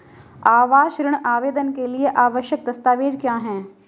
आवास ऋण आवेदन के लिए आवश्यक दस्तावेज़ क्या हैं?